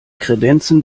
kredenzen